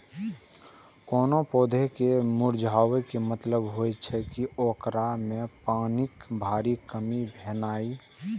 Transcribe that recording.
कोनो पौधा के मुरझाबै के मतलब होइ छै, ओकरा मे पानिक भारी कमी भेनाइ